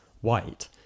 white